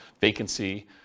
vacancy